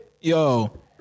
Yo